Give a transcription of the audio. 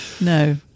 No